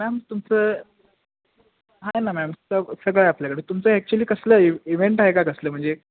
ma'am तुमचं आहे ना मॅम स सगळं आहे आपल्याकडे तुमचं ॲक्च्युअली कसलं इव्हेंट आहे का कसलं म्हणजे